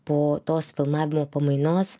po tos filmavimo pamainos